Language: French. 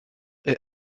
est